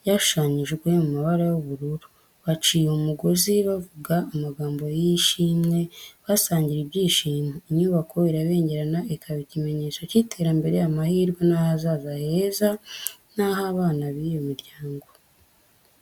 ryashushanyijwe mu mabara y’ubururu. Baciye umugozi, bavuga amagambo y’ishimwe, basangira ibyishimo. Inyubako irabengerana, ikaba ikimenyetso cy’iterambere, amahirwe n’ahazaza heza h’abana b’iyo miryango.